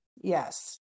Yes